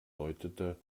deutete